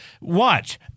Watch